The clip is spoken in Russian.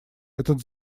этот